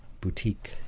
boutique